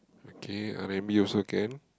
okay R-and-B also can